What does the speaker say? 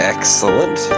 Excellent